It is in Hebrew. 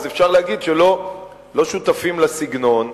אז אפשר להגיד שלא שותפים לסגנון,